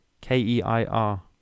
K-E-I-R